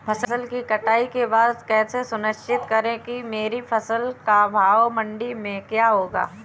फसल की कटाई के बाद कैसे सुनिश्चित करें कि मेरी फसल का भाव मंडी में क्या होगा?